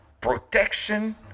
protection